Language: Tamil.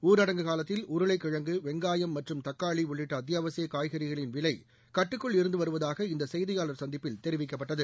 ஊரடணுகு காலத்தில் உருளைக்கிடினுகு வேணுகாயம் மற்றும் தக்காளி உள்ளிட்ட அத்தியாவசிய காய்கறிகளின் விலை கட்டுக்குள் இருந்து வருவதாக இந்த சேய்தியாளர் சந்திப்பில் தேரிவிக்கப்பட்டது